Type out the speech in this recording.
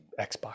Xbox